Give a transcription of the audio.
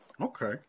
Okay